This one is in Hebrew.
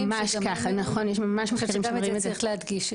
גם את זה צריך להדגיש.